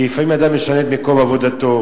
כי לפעמים אדם משנה את מקום עבודתו,